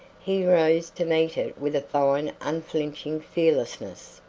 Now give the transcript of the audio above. he rose to meet it with a fine unflinching fearlessness.